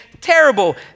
terrible